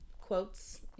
quotes